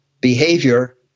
behavior